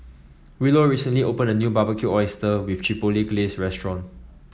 Willow recently opened a new Barbecued Oyster with Chipotle Glaze restaurant